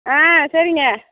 ஆ சரிங்க